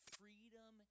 freedom